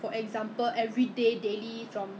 很贵的 you know one little block ah